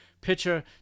Pitcher